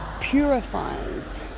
purifies